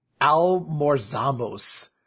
almorzamos